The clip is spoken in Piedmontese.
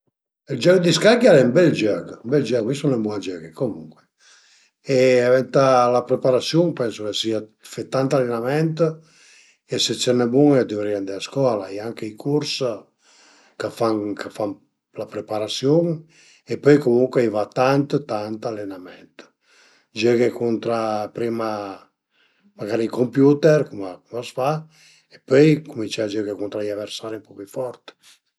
Ël giögh di scacchi al e ün bel giögh, ün bel giögh, mi sun nen bun a giöghi comuncue e venta la preparasiun pensu ch'a sia fe tant alenament e se ses nen bun dëvrìe andé a scola, fe anche i curs ch'a fan ch'a fan la preparasiun e pöi comuncue a i va tant tant alenament, giöghe cuntra prima magari ël computer cum a s'fa e pöi cumincé a giöghi cuntra i aversari ën po pi fort